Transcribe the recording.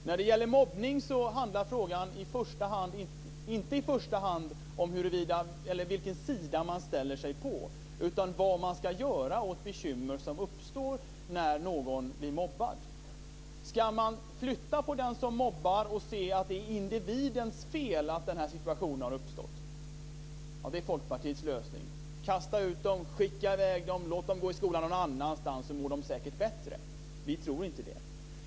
När det gäller mobbning handlar frågan inte i första hand om vilken sida man ställer sig på utan vad man ska göra åt de bekymmer som uppstår när någon blir mobbad. Ska man flytta på den som mobbar och säga att det är individens fel att denna situation har uppstått. Det är Folkpartiets lösning. Kasta ut dem! Skicka i väg dem! Låt dem gå i skolan någon annanstans så mår de säkert bättre. Vi tror inte det.